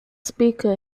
speaker